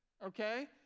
Okay